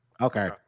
Okay